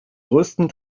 größten